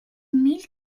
mille